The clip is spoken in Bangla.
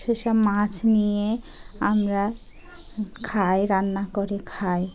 সেসব মাছ নিয়ে আমরা খাই রান্না করে খাই